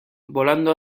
volando